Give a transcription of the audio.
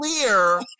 clear